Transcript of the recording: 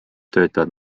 töötavad